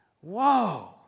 Whoa